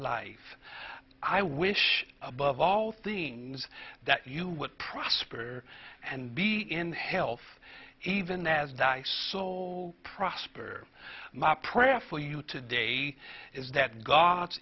life i wish above all things that you would prosper and be in health even as die so prosper my prayer for you today is that god's